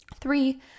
three